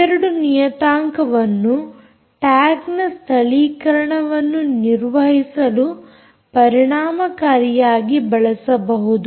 ಇವೆರಡು ನಿಯತಾಂಕವನ್ನು ಟ್ಯಾಗ್ನ ಸ್ಥಳೀಕರಣವನ್ನು ನಿರ್ವಹಿಸಲು ಪರಿಣಾಮಕಾರಿಯಾಗಿ ಬಳಸಬಹುದು